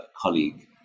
colleague